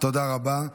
תודה רבה.